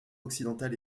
occidentale